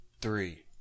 three